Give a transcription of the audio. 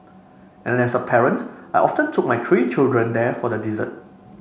and as a parent I often took my three children there for the dessert